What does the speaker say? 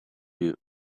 you